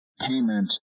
payment